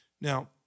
Now